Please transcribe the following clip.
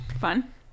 Fun